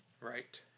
Right